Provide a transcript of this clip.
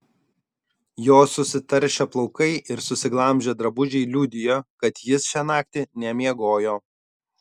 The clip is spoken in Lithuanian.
jo susitaršę plaukai ir susiglamžę drabužiai liudijo kad jis šią naktį nemiegojo